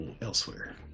elsewhere